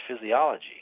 physiology